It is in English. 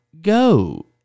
go